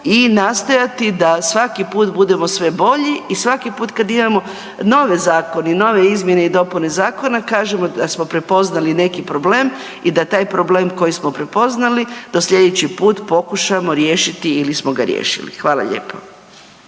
i nastojati da svaki put budemo sve bolji i svaki put kad imamo nove zakone i nove izmjene i dopune zakona kažemo da smo prepoznali neki problem i da taj problem koji smo prepoznali da slijedeći put pokušamo riješiti ili smo ga riješili. Hvala lijepo.